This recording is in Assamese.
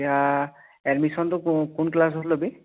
এতিয়া এডমিশ্যনটো কো কোন ক্লাছত ল'বি